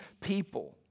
people